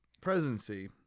presidency